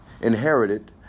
inherited